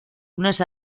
lunes